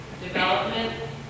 development